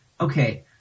okay